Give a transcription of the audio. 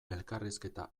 elkarrizketa